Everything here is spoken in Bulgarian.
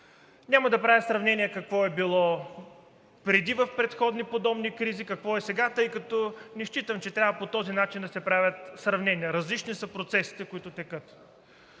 Няма да правя сравнение какво е било преди в предходни подобни, какво е сега, тъй като не считам, че трябва по този начин да се правят сравнения – различни са процесите, които текат.